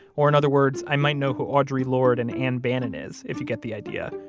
or in other words, i might know who audre lorde and ann bannon is, if you get the idea.